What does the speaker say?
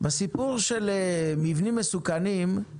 בסיפור של מבנים מסוכנים,